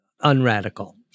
unradical